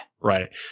Right